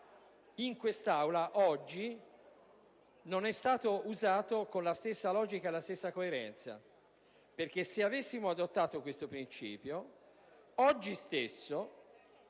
in quest'Aula oggi non sia stato usato con la stessa logica e la stessa coerenza. Infatti, se avessimo adottato questo principio, oggi stesso,